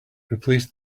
replace